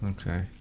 Okay